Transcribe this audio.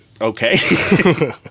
Okay